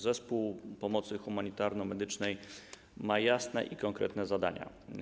Zespół Pomocy Humanitarno-Medycznej ma jasne i konkretne zadania.